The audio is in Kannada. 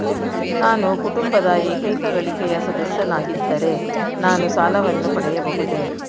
ನಾನು ಕುಟುಂಬದ ಏಕೈಕ ಗಳಿಕೆಯ ಸದಸ್ಯನಾಗಿದ್ದರೆ ನಾನು ಸಾಲವನ್ನು ಪಡೆಯಬಹುದೇ?